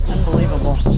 Unbelievable